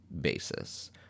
basis